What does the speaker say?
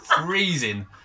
freezing